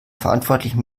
verantwortlichen